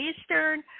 Eastern